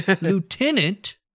Lieutenant